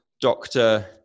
doctor